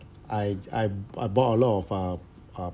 I I I bought a lot of uh uh